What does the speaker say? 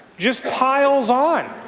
just piles on.